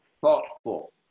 thoughtful